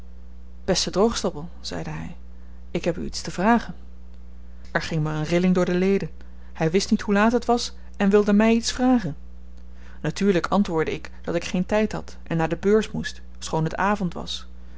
beste droogstoppel zeide hy ik heb u iets te vragen er ging my een rilling door de leden hy wist niet hoe laat het was en wilde my iets vragen natuurlyk antwoordde ik dat ik geen tyd had en naar de beurs moest schoon het avend was